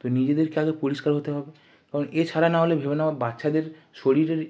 তো নিজেদেরকে আগে পরিষ্কার হতে হবে কারণ এছাড়া নাহলে ভেবে নাও বাচ্চাদের শরীরের